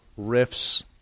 riffs